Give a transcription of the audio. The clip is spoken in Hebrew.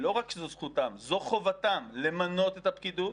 לא רק שזו זכותם, זו חובתם למנות את הפקידות,